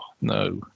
no